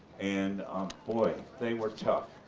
and boy, they were tough.